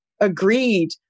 agreed